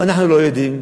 אנחנו לא יודעים.